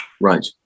Right